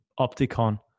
Opticon